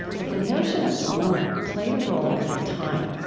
that the notion of honor played a role every time.